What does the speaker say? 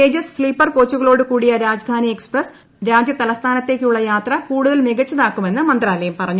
തേജസ് sleeper കോച്ചുകളോടു കൂടിയ Rajdhani express രാജ്യ തലസ്ഥാനത്തേക്കുള്ള യാത്ര കൂടുതൽ മികച്ചതാക്കുമെന്ന് മന്ത്രാലയം പറഞ്ഞു